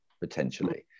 potentially